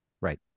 Right